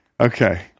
Okay